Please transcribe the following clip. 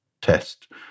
test